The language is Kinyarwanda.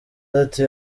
ati